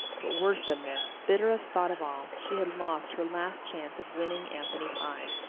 but worse than this, bitterest thought of all, she had lost her last chance of winning anthony pye.